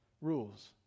rules